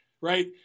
right